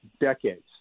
decades